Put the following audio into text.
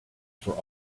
for